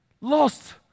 Lost